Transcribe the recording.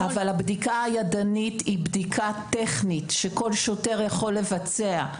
אבל הבדיקה הידנית היא בדיקה טכנית שכל שוטר יכול לבצע.